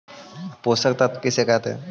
पोषक तत्त्व किसे कहते हैं?